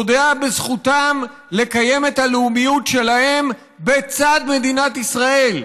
פוגע בזכותם לקיים את הלאומיות שלהם בצד מדינת ישראל,